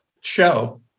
show